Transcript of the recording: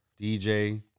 DJ